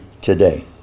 today